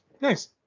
nice